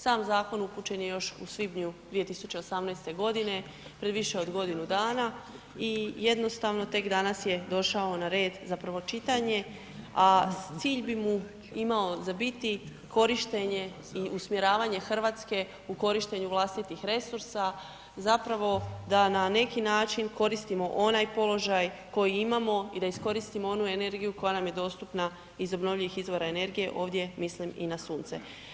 Sam zakon upućen je još u svibnju 2018. godine pred više od godinu dana i jednostavno tek danas je došao na red za prvo čitanje a cilj bi mu imao za biti korištenje i usmjeravanje Hrvatske u korištenju vlastitih resursa, zapravo da na neki način koristimo onaj položaj koji imamo i da iskoristimo onu energiju koja nam je dostupna iz obnovljivih izvora energije, ovdje mislim i na sunce.